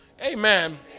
Amen